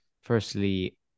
Firstly